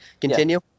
Continue